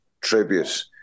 tribute